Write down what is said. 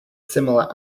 similar